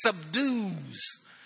subdues